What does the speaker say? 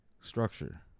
structure